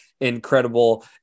incredible